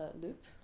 loop